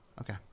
okay